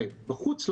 בחוץ לארץ,